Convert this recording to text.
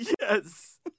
Yes